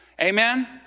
Amen